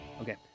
okay